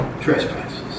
trespasses